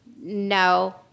No